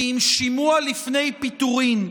כי אם שימוע לפני פיטורים,